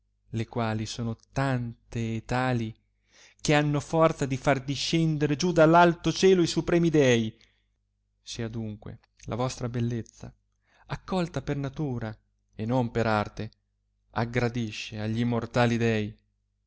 le quali sono tante e tali che hanno forza di far discendere giù d alto cielo i superni dei se adunque la vostra bellezza accolta per natura e non per arte aggradisce agli immortali dei